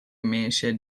mensen